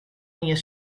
ien